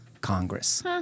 Congress